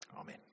Amen